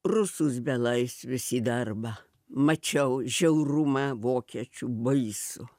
rusus belaisvius į darbą mačiau žiaurumą vokiečių baisų